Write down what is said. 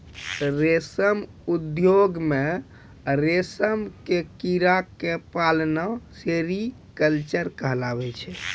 रेशम उद्योग मॅ रेशम के कीड़ा क पालना सेरीकल्चर कहलाबै छै